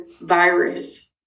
virus